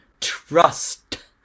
trust